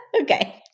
Okay